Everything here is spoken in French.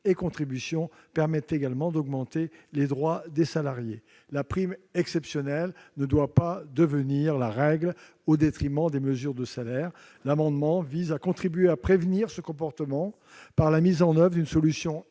et contributions permettent également d'augmenter les droits des salariés. La prime exceptionnelle ne doit pas devenir la règle, au détriment des mesures de salaire. L'amendement vise à contribuer à prévenir ce comportement, par la mise en oeuvre d'une solution équilibrée